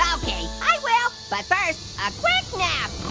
um okay, i will, but first, a quick nap.